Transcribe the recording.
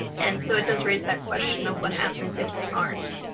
and so it does raise that question of, what happens if they aren't?